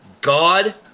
God